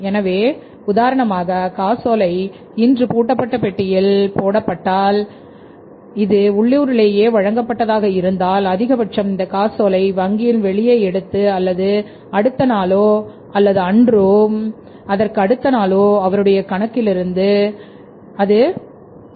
எனவே உதாரணமாக காசோலை இன்று பூட்டப்பட்ட பெட்டியில் வைக்கப்பட்டது அல்லது போடப்பட்டது என்றால் இது உள்ளூரிலேயே வழங்கப்பட்டதால் அதிகபட்சம் அந்த காசோலையை வங்கியில் வெளியே எடுத்து அன்று அல்லது அடுத்த நாளோ அல்லது அதற்கடுத்தநாள் அதை அவருடைய கணக்கில் சேர்த்துவிடுகிறார்கள்